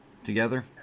together